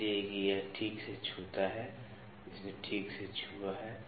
इसलिए कि यह ठीक से छूता है इसने ठीक से छुआ है